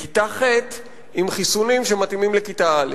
בכיתה ח' עם חיסונים שמתאימים לכיתה א'.